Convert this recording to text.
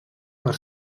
per